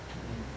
mmhmm